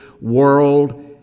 world